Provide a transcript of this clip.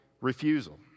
refusal